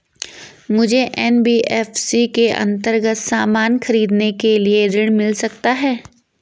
मुझे एन.बी.एफ.सी के अन्तर्गत सामान खरीदने के लिए ऋण मिल सकता है?